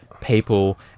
people